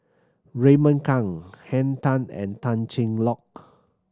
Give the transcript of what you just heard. Raymond Kang Henn Tan and Tan Cheng Lock